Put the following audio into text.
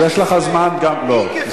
מדינת ישראל.